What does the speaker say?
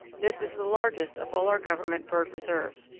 this is the largest of all our government bird reserves.